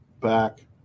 back